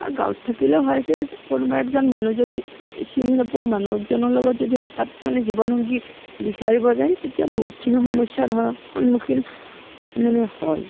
আৰু গাঁৱত থাকিলে হয় কি কোনোবা একজন মানুহ যদি চিনি নোপোৱা মানুহ একজনৰ লগত যদি হঠাৎ মানে জীৱনসংগী বিচাৰিব যায় তেতিয়া বহুতখিনি সমস্যাৰ হয় সন্মুখীন মানে হয়